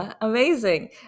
Amazing